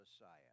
Messiah